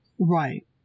Right